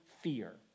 fear